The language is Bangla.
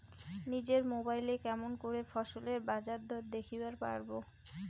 নিজের মোবাইলে কেমন করে ফসলের বাজারদর দেখিবার পারবো?